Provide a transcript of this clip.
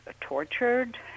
tortured